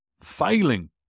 failing